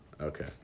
Okay